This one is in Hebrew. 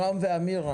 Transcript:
נעם ואמיר,